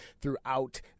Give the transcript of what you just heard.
Throughout